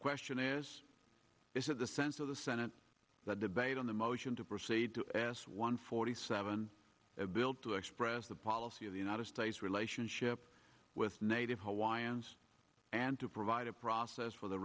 question is is that the sense of the senate debate on the motion to proceed to ass one forty seven bill to express the policy of the united states relationship with native hawaiians and to provide a process for the